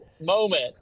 moment